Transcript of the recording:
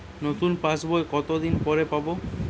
নতুন পাশ বই কত দিন পরে পাবো?